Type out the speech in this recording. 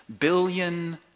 billion